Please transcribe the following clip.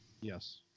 Yes